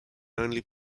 only